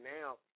now